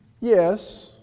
Yes